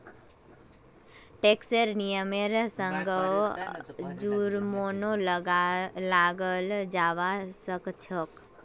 टैक्सेर नियमेर संगअ जुर्मानो लगाल जाबा सखछोक